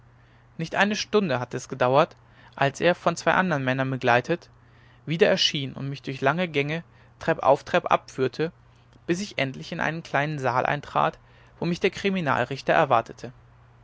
nicht eine stunde hatte es gedauert als er von zwei anderen männern begleitet wieder erschien und mich durch lange gänge treppauf treppab führte bis ich endlich in einen kleinen saal eintrat wo mich der kriminalrichter erwartete